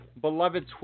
beloved